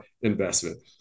investment